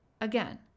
Again